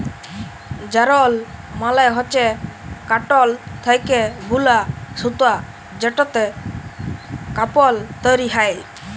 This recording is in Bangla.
যারল মালে হচ্যে কটল থ্যাকে বুলা সুতা যেটতে কাপল তৈরি হ্যয়